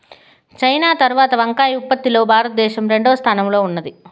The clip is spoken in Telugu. చైనా తరవాత వంకాయ ఉత్పత్తి లో భారత దేశం రెండవ స్థానం లో ఉన్నాది